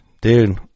Dude